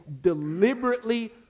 deliberately